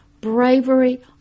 bravery